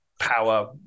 Power